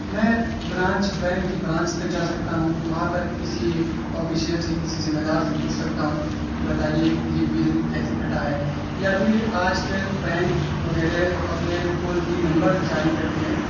میں branch bank کی branch تک جا سکتا ہوں وہاں پر کسی آفیشیل سے کسی ذمہ دار سے پوچھ سکتا ہوں کہ بتائیے یہ بل کیسے کٹا ہے یا پھر آج کل بینک وغیرہ اپنے ٹول فری نمبر جاری کرتے ہیں